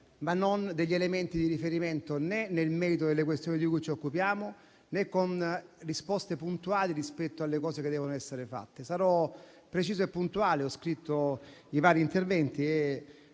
ma non elementi che vanno nel merito delle questioni di cui ci occupiamo, né risposte puntuali rispetto alle cose che devono essere fatte. Sarò preciso e puntuale: ho preso nota dei vari interventi e